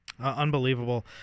Unbelievable